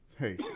Hey